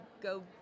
go